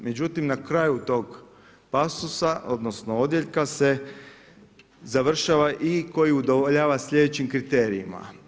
Međutim, na kraju tog pasusa odnosno odjeljka se završava i koji udovoljava sljedećim kriterijima.